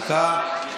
דקה.